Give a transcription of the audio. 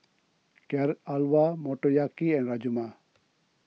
Carrot Halwa Motoyaki and Rajma